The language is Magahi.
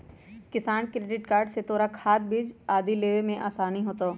किसान क्रेडिट कार्ड से तोरा खाद, बीज आदि लेवे में आसानी होतउ